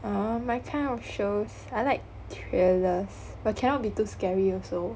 um my kind of shows I like thrillers but cannot be too scary also